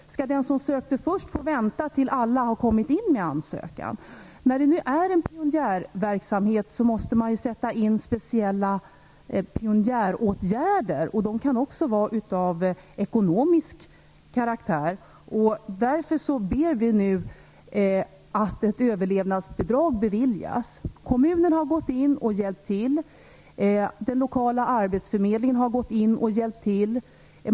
Skall den som sökte först få vänta tills alla kommit in med en ansökan? När det är fråga om en pionjärverksamhet måste man vidta speciella pionjäråtgärder, som också kan vara av ekonomisk karaktär. Därför ber vi nu om att ett överlevnadsbidrag beviljas. Kommunen och den lokala arbetsförmedlingen har gått in och hjälpt till.